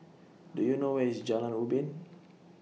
Do YOU know Where IS Jalan Ubin